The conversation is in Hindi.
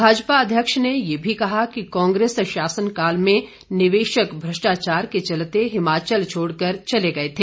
भाजपा अध्यक्ष ने ये भी कहा कि कांग्रेस शासन काल में निवेशक भ्रष्टाचार के चलते हिमाचल छोडकर चले गए थे